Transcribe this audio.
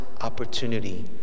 opportunity